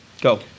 Go